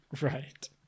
Right